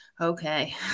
okay